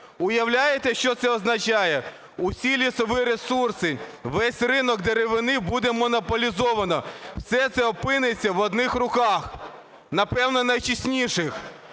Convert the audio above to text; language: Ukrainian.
Уявляєте, що це означає? Усі лісові ресурси, весь ринок деревини буде монополізовано. Все це опиниться в одних руках, напевно, найчесніших.